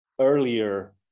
earlier